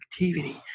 activity